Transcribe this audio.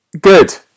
Good